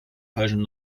falschem